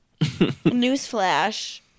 Newsflash